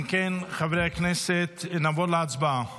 אם כן, חברי הכנסת, נעבור להצבעה